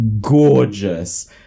Gorgeous